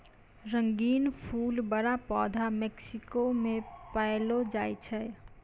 रंगीन फूल बड़ा पौधा मेक्सिको मे पैलो जाय छै